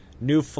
new